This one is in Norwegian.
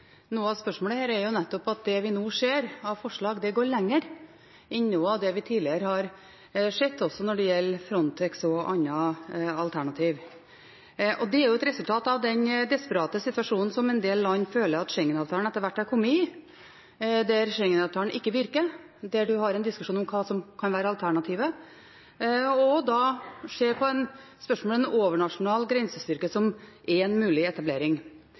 Noe av spørsmålet her er jo nettopp at det vi nå ser av forslag, går lenger enn noe av det vi tidligere har sett, også når det gjelder Frontex og andre alternativ. Det er jo et resultat av den desperate situasjonen som en del land føler at en for Schengen-avtalens del etter hvert har kommet i, der Schengen-avtalen ikke virker, der en har en diskusjon om hva som kan være alternativet, og da ser på spørsmålet om en overnasjonal grensestyrke som én mulig etablering.